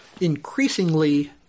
Increasingly